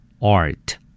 Art